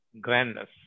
grandness